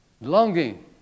longing